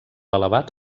elevat